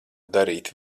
darīt